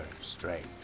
strange